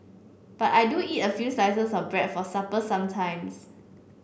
but I do eat a few slices of bread for supper sometimes